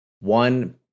One